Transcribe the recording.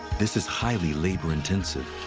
this is highly labor intensive.